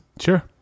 Sure